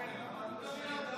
הוא לא גינה אותה.